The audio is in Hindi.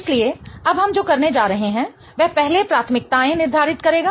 इसलिए अब हम जो करने जा रहे हैं वह पहले प्राथमिकताएं निर्धारित करेगा